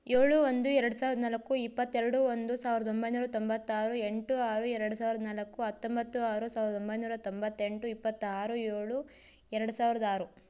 ಏಳು ಒಂದು ಎರಡು ಸಾವಿರದ ನಾಲ್ಕು ಇಪ್ಪತ್ತೆರಡು ಒಂದು ಸಾವಿರದ ಒಂಬೈನೂರ ತೊಂಬತ್ತಾರು ಎಂಟು ಆರು ಎರಡು ಸಾವಿರದ ನಾಲ್ಕು ಹತ್ತೊಂಬತ್ತು ಆರು ಸಾವಿರದ ಒಂಬೈನೂರ ತೊಂಬತ್ತೆಂಟು ಇಪ್ಪತ್ತಾರು ಏಳು ಎರಡು ಸಾವಿರದ ಆರು